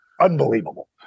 unbelievable